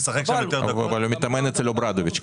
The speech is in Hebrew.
אבל הוא מתאמן אצל אוברדוביץ'.